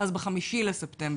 אז ב-5 בספטמבר,